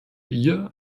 ihr